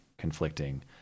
conflicting